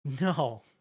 No